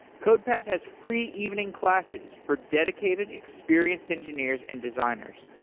codepath has free evening classes for dedicated experienced engineers and designers.